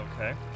Okay